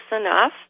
enough